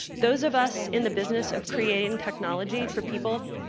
those of us in the business of creating technology for people,